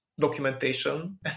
documentation